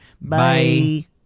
Bye